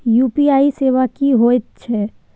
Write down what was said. UPI सेवा की होयत छै?